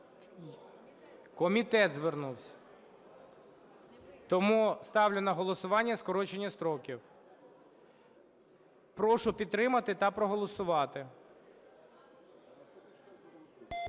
Комітет звернувся, тому ставлю на голосування скорочення строків. Прошу підтримати та проголосувати.